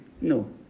No